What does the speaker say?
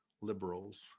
liberals